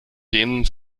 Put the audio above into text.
denen